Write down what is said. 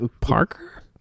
Parker